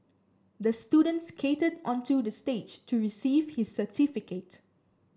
the student skated onto the stage to receive his certificate